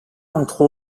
entre